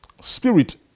Spirit